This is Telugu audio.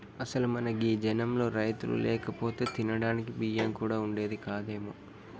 అసలు మన గీ జనంలో రైతులు లేకపోతే తినడానికి బియ్యం కూడా వుండేది కాదేమో